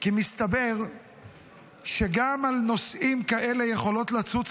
כי מסתבר שגם על נושאים כאלה יכולות לצוץ